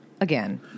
again